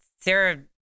Sarah